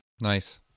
Nice